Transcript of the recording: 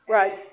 Right